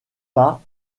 pas